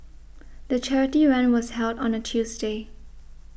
the charity run was held on a Tuesday